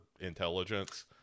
intelligence